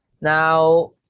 Now